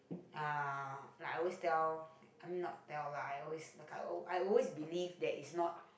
uh like I always tell um not tell lah I always like I I always believe that it's not